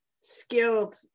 skilled